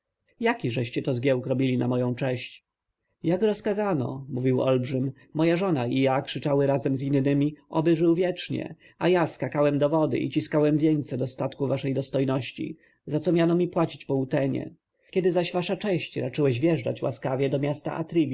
to zgiełk robili na moją cześć jak rozkazano mówił olbrzym moja żona i córka krzyczały razem z innymi oby żył wiecznie a ja skakałem do wody i ciskałem wieńce do statku waszej dostojności za co miano mi płacić po utenie zaś kiedy wasza cześć raczyłeś wjeżdżać łaskawie do miasta